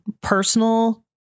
personal